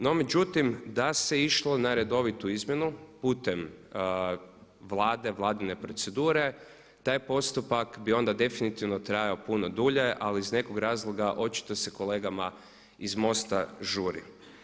No međutim, da se išlo na redovitu izmjenu putem Vlade, Vladine procedure taj postupak bi onda definitivno trajao puno dulje ali iz nekog razloga očito se kolegama iz MOST-a žuri.